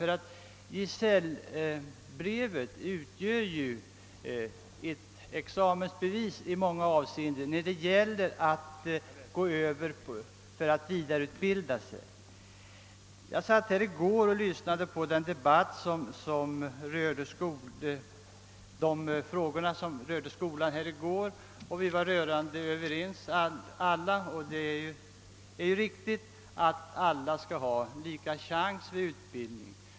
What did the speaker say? Gesällprovet utgör i många fall ett examensbevis som skall företes i samband med vidareutbildning. Under gårdagens debatt om grundskolans läroplan var man rörande ense om att alla skall ha lika möjligheter till utbildning.